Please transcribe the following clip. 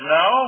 no